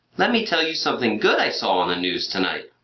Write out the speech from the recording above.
let me tell you something good i saw on the news tonight.